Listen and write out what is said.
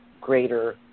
greater